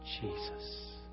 Jesus